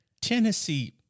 Tennessee